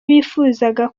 bifuzaga